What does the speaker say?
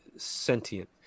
sentient